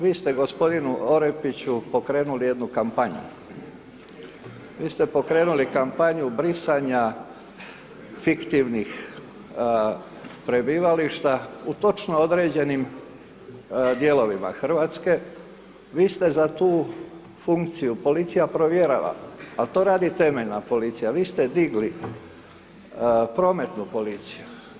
Vi ste gospodine Orepiću pokrenuli jednu kampanju, vi ste pokrenuli kampanju brisanja fiktivnih prebivališta u točno određenih dijelovima Hrvatske, vi ste za tu funkciju, policija provjera, a to radi temeljna policija, vi ste digli prometnu policiju.